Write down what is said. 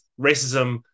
racism